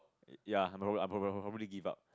ya I pro~ probably give up